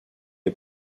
est